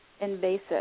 invasive